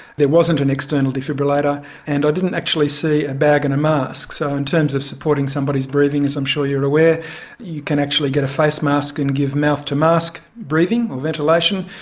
there wasn't an external defibrillator and i didn't actually see a bag and a mask. so in terms of supporting somebody's breathing, as i'm sure you are aware you can actually get a face mask and give mouth to mask breathing or ventilation,